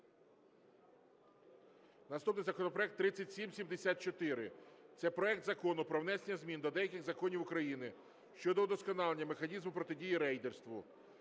Наступний законопроект 3774, це проект Закону про внесення змін до деяких законів України щодо удосконалення механізму протидії рейдерству.